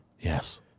Yes